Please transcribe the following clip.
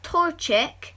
Torchic